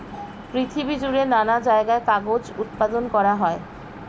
পৃথিবী জুড়ে নানা জায়গায় কাগজ উৎপাদন করা হয়